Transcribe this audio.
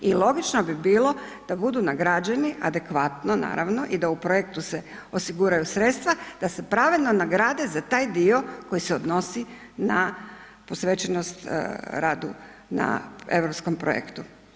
I logično bi bilo da budu nagrađeni adekvatno naravno i da se u projektu osiguraju sredstva da se pravedno nagrade za taj dio koji se odnosi na posvećenost radu na europskom projektu.